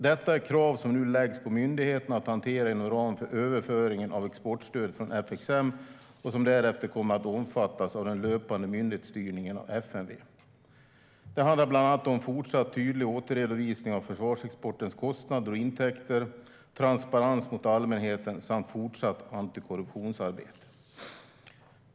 Detta är krav som nu läggs på myndigheterna att hantera inom ramen för överföringen av exportstödet från FXM och som därefter kommer att omfattas av den löpande myndighetsstyrningen av FMV. Det handlar bland annat om fortsatt tydlig återredovisning av försvarsexportens kostnader och intäkter, transparens mot allmänheten samt fortsatt antikorruptionsarbete.